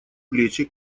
плечи